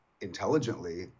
intelligently